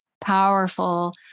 powerful